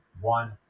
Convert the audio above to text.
one